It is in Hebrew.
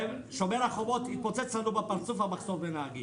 בשומר החומות התפוצץ לנו בפרצוף המחסור בנהגים.